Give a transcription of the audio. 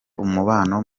umubano